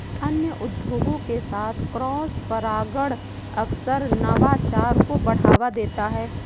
अन्य उद्योगों के साथ क्रॉसपरागण अक्सर नवाचार को बढ़ावा देता है